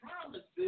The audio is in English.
promises